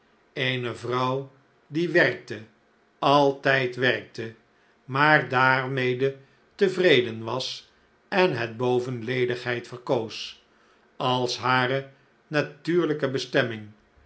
eene vrouw die wefkte altijd werkte maar daarmede tevreden was en hetbovenledigheid verkoos als hare natuurlijke bestemming